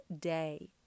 day